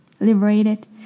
liberated